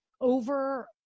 over